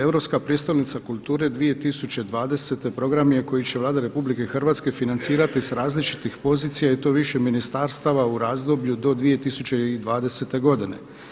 Europska prijestolnica kulture 2020. program je koji će Vlada RH financirati sa različitih pozicija i to više ministarstava u razdoblju do 2020. godine.